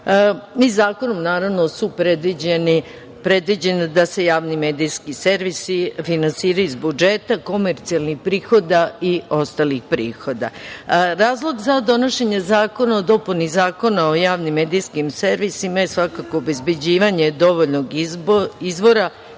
i zakonom je predviđeno da se javni medijski servisi finansiraju iz budžeta, komercijalnih prihoda i ostalih prihoda. Razlog za donošenje zakona o dopuni Zakon o javnim medijskim servisima je svakako, obezbeđivanje dovoljnog izvora